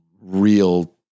real